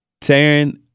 Taryn